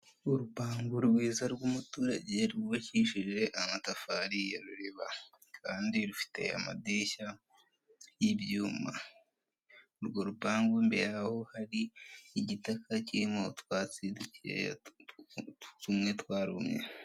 Urupangu rwiza rw'umuturage rwubakishije amatafari ya ruriba kandi rufite amadirishya y'ibyuma; urwo rupangu imbere yaho hari igitaka kirimo utwatsi dukeya tumwe twarumye.